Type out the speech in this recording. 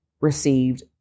received